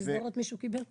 בשדרות מישהו קיבל כוכב?